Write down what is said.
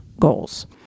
goals